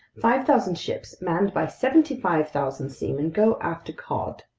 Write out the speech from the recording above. five thousand ships manned by seventy five thousand seamen go after cod.